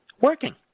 working